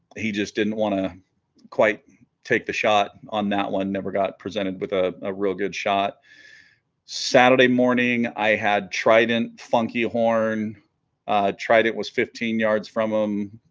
he just didn't want to quite take the shot on that one never got presented with a ah real good shot saturday morning i had trident funky horn trident it was fifteen yards from him